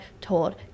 told